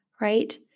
right